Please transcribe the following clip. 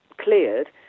cleared